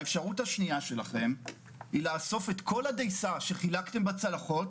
והאפשרות השנייה שלכם היא לאסוף את כל הדייסה שחילקתם בצלחות